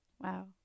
Wow